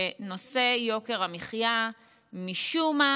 ונושא יוקר המחיה משום מה